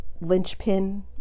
linchpin